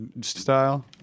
style